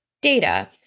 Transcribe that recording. data